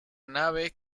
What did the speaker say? nave